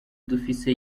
dufise